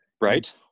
Right